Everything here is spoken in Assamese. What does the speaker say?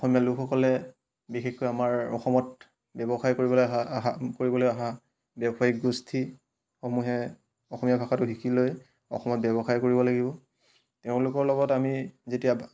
অসমীয়া লোকসকলে বিশেষকৈ আমাৰ অসমত ব্যৱসায় কৰিবলৈ অহা অহা কৰিবলৈ অহা ব্যৱসায়িক গোষ্ঠীসমূহে অসমীয়া ভাষাটো শিকি লৈ অসমত ব্যৱসায় কৰিব লাগিব তেওঁলোকৰ লগত আমি যেতিয়া